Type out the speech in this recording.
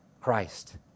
Christ